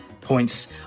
points